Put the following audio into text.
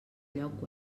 lloc